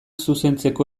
zuzentzeko